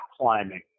climbing